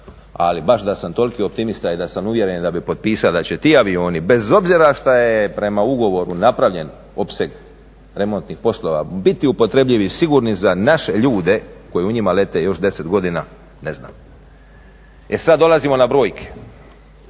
ali baš da sam toliki optimista i da sam uvjeren i da bih potpisao da će ti avioni bez obzira što je prema ugovoru napravljen opseg remontnih poslova biti upotrebljivi i sigurni za naše ljude koji u njima lete još 10 godina ne znam. E sad dolazimo na brojke.